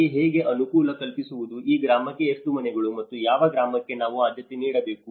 ಯಾರಿಗೆ ಹೇಗೆ ಅನುಕೂಲ ಕಲ್ಪಿಸುವುದು ಈ ಗ್ರಾಮಕ್ಕೆ ಎಷ್ಟು ಮನೆಗಳು ಮತ್ತು ಯಾವ ಗ್ರಾಮಕ್ಕೆ ನಾವು ಆದ್ಯತೆ ನೀಡಬೇಕು